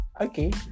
Okay